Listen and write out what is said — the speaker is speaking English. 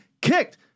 kicked